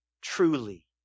truly